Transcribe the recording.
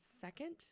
second